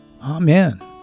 Amen